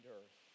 earth